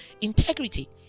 Integrity